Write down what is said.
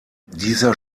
dieser